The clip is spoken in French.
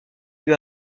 lui